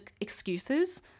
excuses